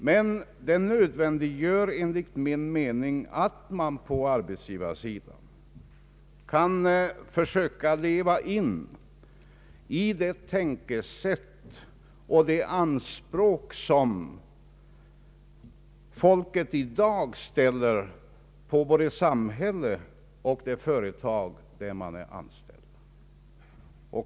Men en förbättring fordrar enligt min mening att man på arbetsgivarsidan försöker leva sig in i svenska folkets tänkesätt och de anspråk som folk i dag ställer på vårt samhälle och de företag där de är anställda.